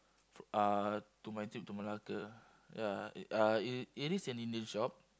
uh to my trip to Malacca ya uh it it is an Indian shop